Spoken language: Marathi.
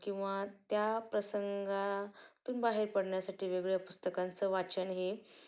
किंवा त्या प्रसंगा तून बाहेर पडण्यासाठी वेगवेगळ्या पुस्तकांचं वाचन हे